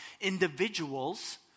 individuals